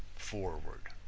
foreword